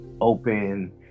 open